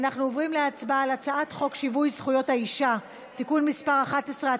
אנחנו עוברים להצבעה על הצעת חוק שיווי זכויות האישה (תיקון מס' 11),